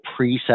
preset